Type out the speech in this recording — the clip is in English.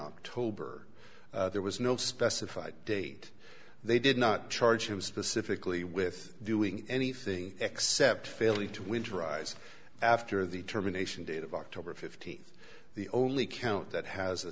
october there was no specified date they did not charge him specifically with doing anything except failure to winterize after the terminations date of october fifteenth the only count that has a